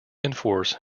enforce